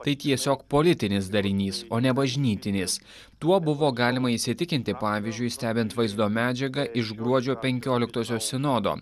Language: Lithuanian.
tai tiesiog politinis darinys o ne bažnytinis tuo buvo galima įsitikinti pavyzdžiui stebint vaizdo medžiagą iš gruodžio penkioliktosios sinodo